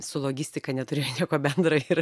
su logistika neturėjo nieko bendro ir